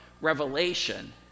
Revelation